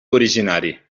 originari